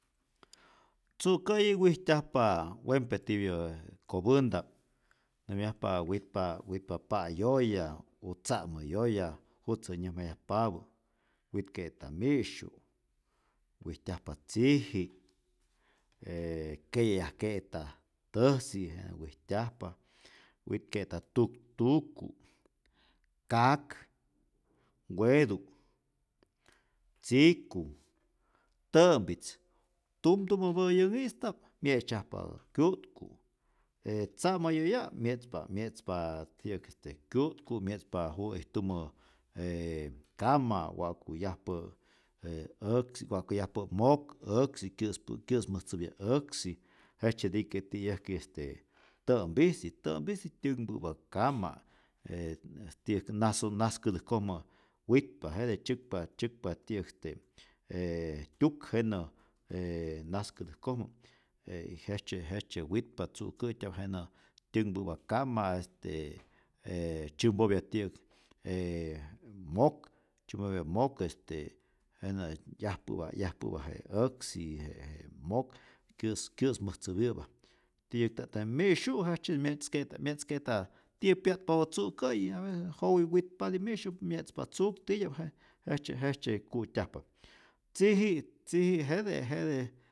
Tzu'kä'yi wijtyajpa wempe tipyää kopänta'p, nämyajpa witpa witpa pa'yoya u tza'mä yoya jutzä nyäjmayajpapä, witke'ta mi'syu', wijtyajpa tziji', ee keye'yajke'ta täjsi', jenä wijtyajpa, witke'ta tuktuku', kak, wetu', tziku, tä'mpitz, tumtumäpä' yänhista'p mye'tzyajpa kyu'tku, je tza'mäyoya' mye'tzpa mye'tzpa ti'yäk este kyu'tku, mye'tzpa juwä ijtumä j kama wa'ku yajpä' je äksi, wa'ku yajpä' mok, äksi kyä'spa kyä'smäjtzäpya äksi, jejtzyetike ti'yäjki tä'mpijtzi, tä'mpijtzi tyänhpä'pa kama'. e nasoj nas kätäjkojmä witpa jete, tzyäkpa tzyäkpa tyi'yäk este ee tyuk, jenä ee nas kätäjkojmä e jejtzye jejtzye witpa tzu'kä'tya'p, jenä tyänhpä'pa kama', este e tzyämpopya tyi'yäk mok, tzyämpopya mok, este jenä yajpä'pa yajpä'pa je äksi, je mok kyä's kyä'smäjtzäpyä'pa, ti'yäkta'p tamb mi'syu' jejtzyeti mye'tzke'ta mye'tzke'ta tiyä pya'tpapä tzu'kä'yi, aveces jowi witpati mi'syu', mye'tzpa tzuk titya'p je jejtzye jejtzye ku'tyajpa, tziji' tziji' jete jete